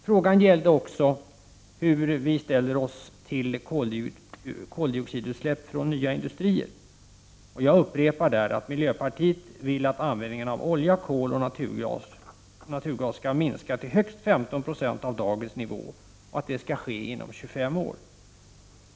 Birgitta Dahl undrade vidare hur vi ställer oss till koldioxidutsläpp från nya industrier. Jag upprepar att miljöpartiet vill att användningen av olja, kol och naturgas skall minska till högst 15 26 av dagens nivå och att denna minskning skall ske inom 25 år.